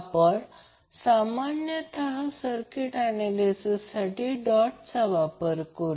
आपण सामान्यतः सर्किट ऍनॅलिसिससाठी डॉटचा वापर करूया